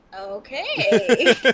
okay